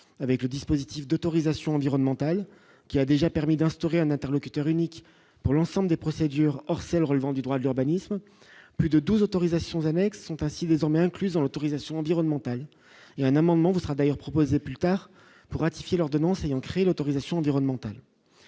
avec le dispositif d'autorisation environnementale qui a déjà permis d'instaurer un interlocuteur unique pour l'ensemble des procédures, or celles relevant du droit de l'urbanisme, plus de 12 autorisation Amérique sont ainsi désormais incluse dans l'autorisation environnementale, il y a un amendement, vous sera d'ailleurs proposé plus tard pour ratifier l'ordonnance et ancrées l'autorisation environnementale